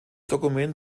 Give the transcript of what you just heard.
dokument